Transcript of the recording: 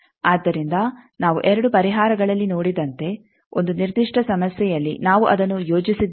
ಆದ್ದರಿಂದ ನಾವು 2 ಪರಿಹಾರಗಳಲ್ಲಿ ನೋಡಿದಂತೆ ಒಂದು ನಿರ್ದಿಷ್ಟ ಸಮಸ್ಯೆಯಲ್ಲಿ ನಾವು ಅದನ್ನು ಯೋಜಿಸಿದ್ದೇವೆ